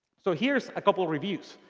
so here's a couple of reviews.